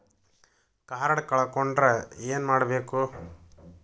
Card ಕಳ್ಕೊಂಡ್ರ ಏನ್ ಮಾಡಬೇಕು?